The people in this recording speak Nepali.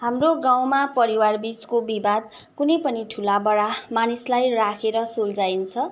हाम्रो गाउँमा परिवारबिचको विवाद कुनै पनि ठुलाबडा मानिसलाई राखेर सुल्झाइन्छ